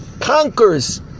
conquers